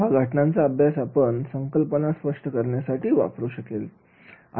हा घटनांचा अभ्यास आपण संकल्पना स्पष्ट करण्यासाठी वापर करू शकेल